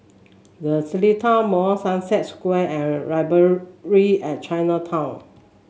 The Seletar Mall Sunset Square and Library at Chinatown